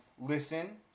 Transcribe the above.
listen